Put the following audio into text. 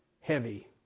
heavy